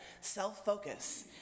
self-focus